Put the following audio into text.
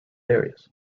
areas